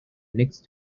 next